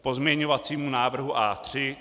K pozměňovacímu návrhu A3.